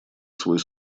свой